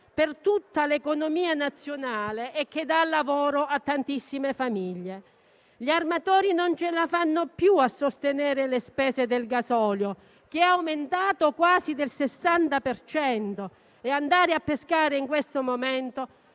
per tutta l'economia nazionale e che dà lavoro a tantissime famiglie. Gli armatori non ce la fanno più a sostenere le spese del gasolio, che è aumentato quasi del 60 per cento, e andare a pescare in questo momento